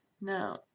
Now